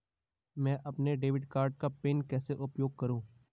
मैं अपने debit card का पिन कैसे उपयोग करूँ?